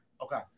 Okay